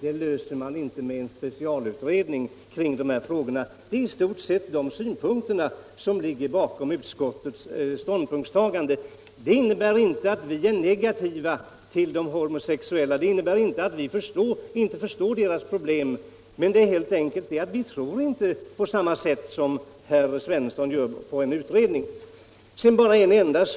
löser man inte med någon specialutredning kring frågorna. Det är i stort sett de synpunkterna som ligger bakom utskottets ställningstagande. Detta innebär inte att vi är negativa till de homosexuella och inte förstår deras problem, men vi tror helt enkelt inte på en utredning på samma sätt som herr Svensson i Malmö gör.